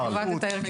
עוד חצי דקה.